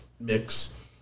mix